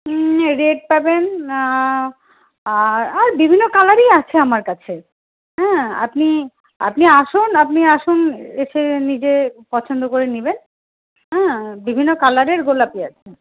red পাবেন আর আর বিভিন্ন কালারই আছে আমার কাছে হ্যাঁ আপনি আপনি আসুন আপনি আসুন এসে নিজে পছন্দ করে নেবেন হ্যাঁ বিভিন্ন কালারের গোলাপই আছে